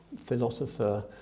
philosopher